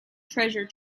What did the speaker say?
treasure